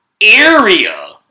area